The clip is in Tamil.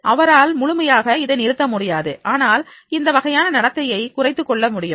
அவரால் முழுமையாக அதை நிறுத்த முடியாது ஆனால் அந்த வகையான நடத்தையை குறைத்துக்கொள்ள முடியும்